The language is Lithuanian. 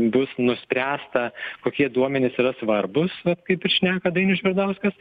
bus nuspręsta kokie duomenys yra svarbūs kaip ir šneka dainius žvirdauskas